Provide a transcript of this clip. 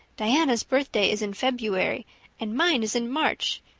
diana's birthday is in february and mine is in march.